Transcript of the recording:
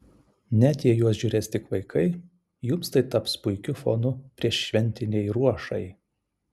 net jei juos žiūrės tik vaikai jums tai taps puikiu fonu prieššventinei ruošai